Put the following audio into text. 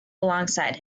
alongside